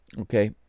okay